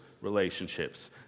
relationships